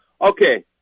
Okay